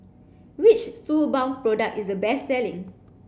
which Suu balm product is the best selling